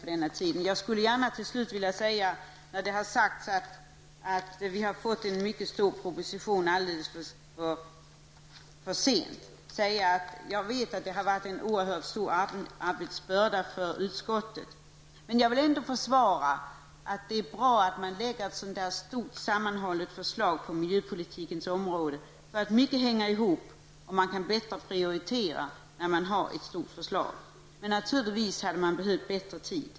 Allra sist skulle jag med anledning av uttalanden om att vi har fått en mycket stor proposition alldeles för sent vilja säga att jag vet att utskottets arbetsbörda har varit oerhört stor. Men det är bra att det läggs fram ett så här stort och sammanhållet förslag på miljöpolitikens område. Mycket hänger nämligen ihop, och man kan prioritera bättre när det rör sig om ett stort förslag. Naturligtvis hade det behövts mer tid.